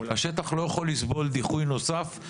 השטח לא יכול לסבול דיחוי נוסף.